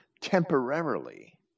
temporarily